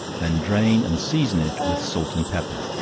then drain and season it with salt and pepper,